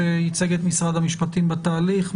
שייצג את משרד המשפטים בתהליך,